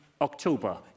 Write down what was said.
October